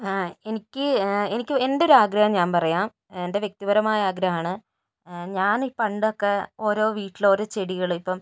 എനിക്ക് എനിക്ക് എൻ്റെയൊരു ആഗ്രഹം ഞാൻ പറയാം എൻ്റെ വ്യക്തിപരമായ ആഗ്രഹമാണ് ഞാൻ ഈ പണ്ടൊക്കെ ഓരോ വീട്ടിലും ഓരോ ചെടികൾ ഇപ്പോൾ